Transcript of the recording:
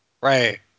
Right